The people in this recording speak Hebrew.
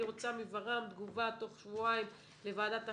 אני רוצה מור"מ תגובה תוך שבועיים לוועדת החינוך,